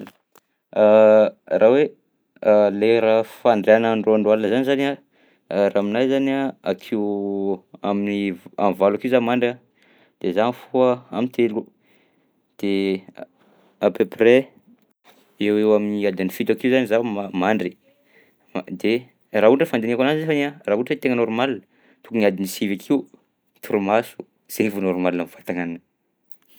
Raha hoe lera fandriàna androandro alina zany zany a raha aminahy zany a akeo amin'ny v- am'valo akeo zaho mandry a de zaho mifoha am'telo de à peu près- eo ho eo amin'ny adiny fito akeo zany zaho ma- mandry ma- de raha ohatra hoe fandinihako anazy nefany a raha ohatra tegna normal tokony adiny sivy akeo torimaso zainy vao normal ny vatagnanahy.